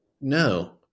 no